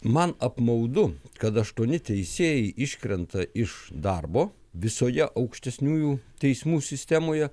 man apmaudu kad aštuoni teisėjai iškrenta iš darbo visoje aukštesniųjų teismų sistemoje